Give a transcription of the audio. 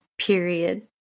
period